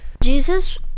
Jesus